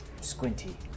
squinty